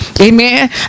Amen